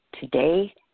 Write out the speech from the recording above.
today